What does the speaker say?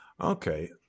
Okay